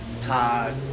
Todd